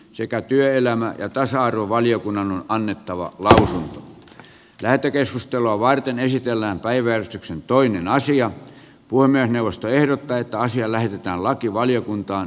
sekä työelämä ja tasa arvovaliokunnan on annettava valta lähetekeskustelua varten puhemiesneuvosto ehdottaa että asia lähetetään lakivaliokuntaan